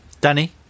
Danny